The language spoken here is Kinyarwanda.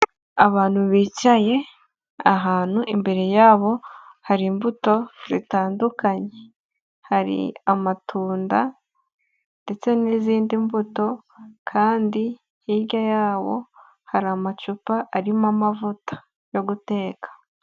Abantu bicaye ahantu imbere yabo hari imbuto zitandukanye. Hari amatunda ndetse n'izindi mbuto kandi hirya yabo hari amacupa arimo amavuta yo guteka.